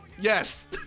Yes